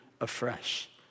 afresh